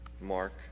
Mark